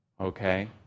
okay